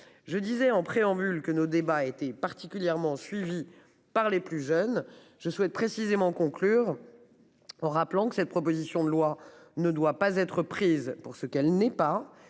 Je disais en préambule que nos débats a été particulièrement suivi par les plus jeunes. Je souhaite précisément conclure. En rappelant que cette proposition de loi ne doit pas être prise pour ce qu'elle n'est pas